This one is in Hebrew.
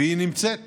והיא נמצאת